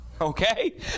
Okay